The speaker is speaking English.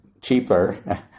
cheaper